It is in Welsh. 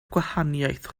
gwahaniaeth